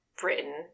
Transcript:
Britain